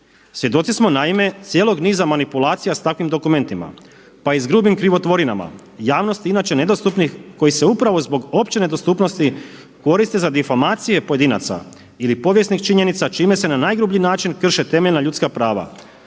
Svjedoci smo naime cijelog niza manipulacija s takvim dokumentima pa i s grubim krivotvorinama, javnosti inače nedostupnih koji se upravo zbog opće nedostupnosti koriste za difamacije pojedinaca ili povijesnih činjenica čime se na najgrublji način krše temeljna ljudska prava,